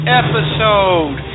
episode